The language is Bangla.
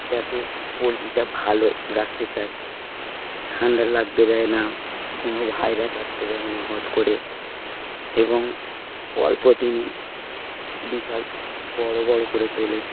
যাতে পোলট্রিটা ভালো রাখতে চায় ঠান্ডা লাগতে দেয় না কোনো ভাইরাস আসতে দেয় না হট করে এবং অল্প দিনে বিশাল বড়ো বড়ো করে তোলে